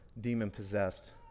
demon-possessed